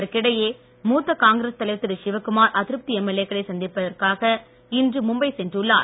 இதற்கிடையே மூத்த காங்கிரஸ் தலைவர் திரு சிவகுமார் அதிருப்தி எம்எல்ஏக்களை சந்திப்பதற்காக இன்று மும்பை சென்றுள்ளார்